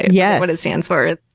yeah what it stands for,